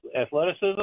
athleticism